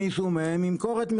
שם ואנחנו צריכים את האנשים שישבו שם.